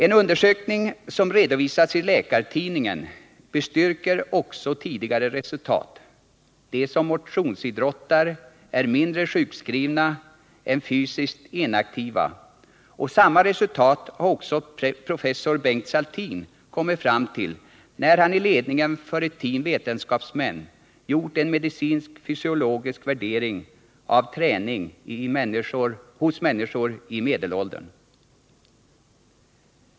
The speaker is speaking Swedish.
En undersökning som redovisats i Läkartidningen bestyrker också tidigare resultat: de som motionsidrottar är mindre sjukskrivna än fysiskt inaktiva, och samma resultat har också professor Bengt Saltin kommit fram till när han i ledningen för ett team vetenskapsmän gjort en medicinsk-fysiologisk värdering av träning hos människor i medelåldern.